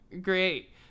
Great